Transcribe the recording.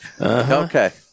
Okay